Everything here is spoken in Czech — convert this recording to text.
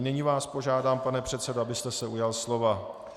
Nyní vás požádám, pane předsedo, abyste se ujal slova.